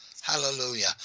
Hallelujah